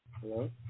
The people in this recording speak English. Hello